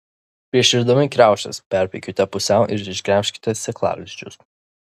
prieš virdami kriaušes perpjaukite pusiau ir išgremžkite sėklalizdžius